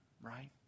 right